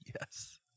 Yes